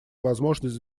возможность